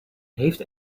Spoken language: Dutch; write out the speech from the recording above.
heeft